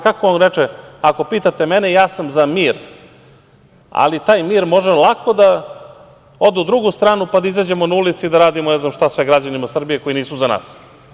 Kako on reče – ako pitate mene, ja sam za mir, ali taj mir može lako da ode na drugu stranu pa da izađemo na ulice i da radimo ne znam šta sve građanima Srbije koji nisu za nas.